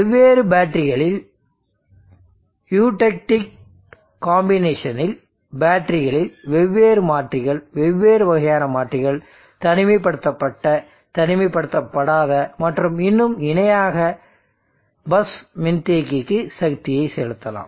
வெவ்வேறு பேட்டரிகளில் eutectic combinational பேட்டரிகளில் வெவ்வேறு மாற்றிகள் வெவ்வேறு வகையான மாற்றிகள் தனிமைப்படுத்தப்பட்ட தனிமைப்படுத்தப்படாத மற்றும் இன்னும் இணையாக பஸ் மின்தேக்கிக்கு சக்தியை செலுத்தலாம்